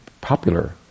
popular